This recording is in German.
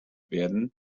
werden